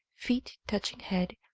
feet touching head,